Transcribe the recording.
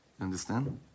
Understand